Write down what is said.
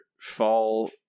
fall